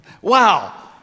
Wow